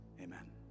Amen